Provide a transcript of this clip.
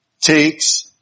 takes